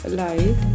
light